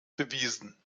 bewiesen